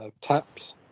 TAPS